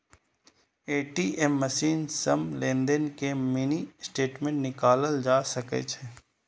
ATM machine सं लेनदेन के मिनी स्टेटमेंट निकालल जा सकै छै